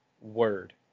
word